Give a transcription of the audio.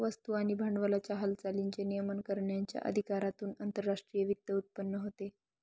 वस्तू आणि भांडवलाच्या हालचालींचे नियमन करण्याच्या अधिकारातून आंतरराष्ट्रीय वित्त उत्पन्न होते